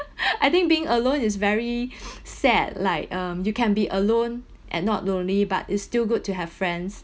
I think being alone is very sad like um you can be alone and not lonely but is still good to have friends